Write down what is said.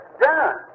done